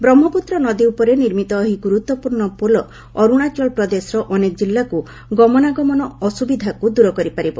ବ୍ରହ୍ମପୁତ୍ର ନଦୀ ଉପରେ ନିର୍ମିତ ଏହି ଗୁରୁତ୍ୱପୂର୍ଣ୍ଣ ପୋଲ ଅରୁଣାଚଳ ପ୍ରଦେଶର ଅନେକ ଜିଲ୍ଲାକୁ ଗମନାଗମନ ଅସୁବିଧାକୁ ଦୂର କରିପାରିବ